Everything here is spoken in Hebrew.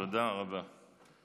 תודה רבה.